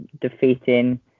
defeating